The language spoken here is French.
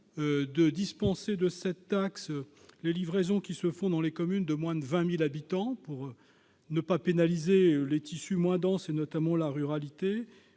de dispenser de cette taxe les livraisons qui se font dans les communes de moins de 20 000 habitants, pour ne pas pénaliser les tissus moins denses, notamment la ruralité.